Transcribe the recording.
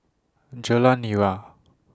Jalan Nira